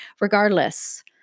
regardless